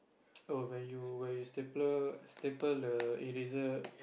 oh when you when you stapler staple the eraser